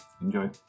Enjoy